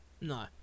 No